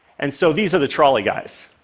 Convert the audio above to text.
and so these are the trolley guys,